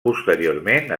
posteriorment